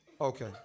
Okay